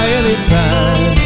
anytime